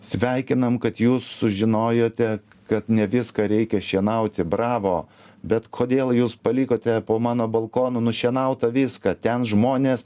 sveikinam kad jūs sužinojote kad ne viską reikia šienauti bravo bet kodėl jūs palikote po mano balkonu nušienautą viską ten žmonės